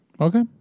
Okay